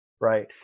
Right